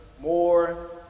more